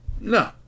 No